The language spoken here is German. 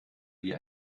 wie